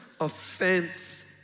Offense